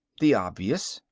the obvious.